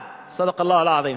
צדק אללה אלעט'ים.